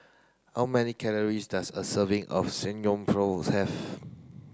how many calories does a serving of Samgyeopsal have